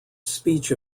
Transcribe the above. speech